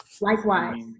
Likewise